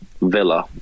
Villa